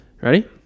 Ready